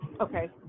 Okay